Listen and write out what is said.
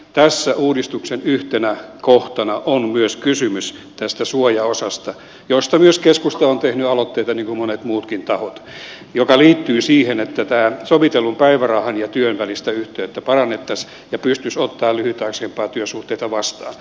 tässä uudistuksen yhtenä kohtana on myös kysymys tästä suojaosasta josta myös keskusta on tehnyt aloitteita niin kuin monet muutkin tahot mikä liittyy siihen että tämän sovitellun päivärahan ja työn välistä yhteyttä parannettaisiin ja pystyisi ottamaan lyhytaikaisempia työsuhteita vastaan